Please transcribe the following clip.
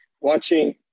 watching